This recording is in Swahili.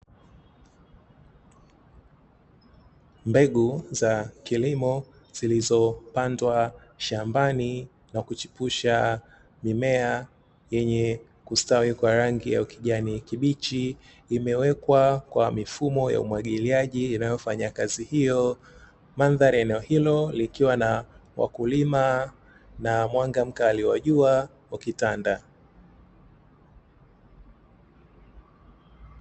Mbegu za kilimo zilizo pandwa shambani na kuchipusha mimea yenye kustawi kwa rangi ya kijani kibichi, imewekwa kwa mifumo ya umwagiliaji inayofanya kazi hiyo. Mandhari ya eneo hilo ikiwa na wakulima na mwanga mkali wa jua ukitanda.